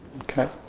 Okay